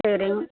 சரிங்